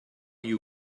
you